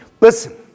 Listen